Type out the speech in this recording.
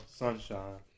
sunshine